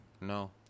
no